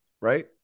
right